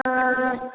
ആ